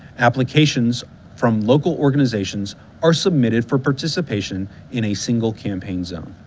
applications from local organizations are submitted for participation in a single campaign zone.